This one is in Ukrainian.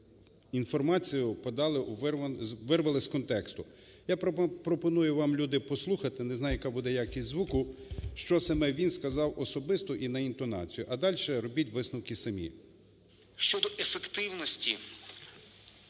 подали… вирвали з контексту. Я пропоную вам, люди, послухати, не знаю, яка буде якість звуку, що саме він сказав особисто і на інтонацію. А дальше робіть висновки самі.